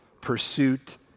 Pursuit